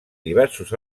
diversos